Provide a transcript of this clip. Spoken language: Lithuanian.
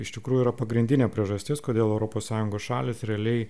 iš tikrųjų yra pagrindinė priežastis kodėl europos sąjungos šalys realiai